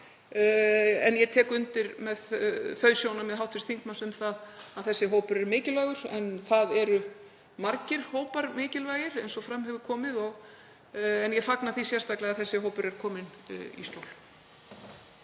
En ég tek undir þau sjónarmið hv. þingmanns um að þessi hópur er mikilvægur, en það eru margir hópar mikilvægir eins og fram hefur komið. Ég fagna því sérstaklega að þessi hópur er kominn í skjól.